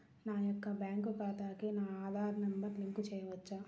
నా యొక్క బ్యాంక్ ఖాతాకి నా ఆధార్ నంబర్ లింక్ చేయవచ్చా?